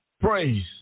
praise